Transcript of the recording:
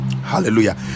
Hallelujah